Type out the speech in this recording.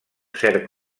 cert